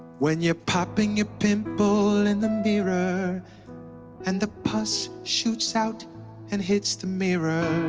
when you're popping your pimple in the mirror and the pus shoots out and hits the mirror